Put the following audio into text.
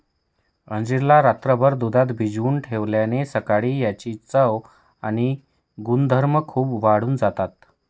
अंजीर ला रात्रभर दुधात भिजवून ठेवल्याने सकाळी याची चव आणि गुणधर्म खूप वाढून जातात